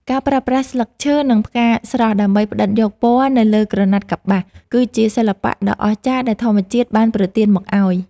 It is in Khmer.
ការប្រើប្រាស់ស្លឹកឈើ និង ផ្កាស្រស់ដើម្បីផ្ដិតយកពណ៌នៅលើក្រណាត់កប្បាស គឺជាសិល្បៈដ៏អស្ចារ្យដែលធម្មជាតិបានប្រទានមកឱ្យ។